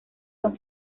son